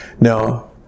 Now